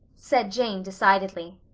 said jane decidedly.